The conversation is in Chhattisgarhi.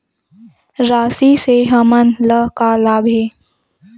राशि से हमन ला का लाभ हे?